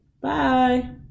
Bye